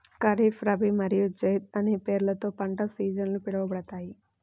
ఖరీఫ్, రబీ మరియు జైద్ అనే పేర్లతో పంట సీజన్లు పిలవబడతాయి